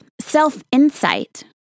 self-insight